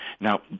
Now